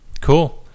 cool